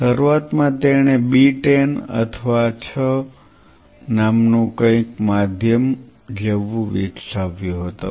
શરૂઆતમાં તેણે B10 અથવા 6 નામનું કંઈક માધ્યમ જેવું વિકસાવ્યું હતું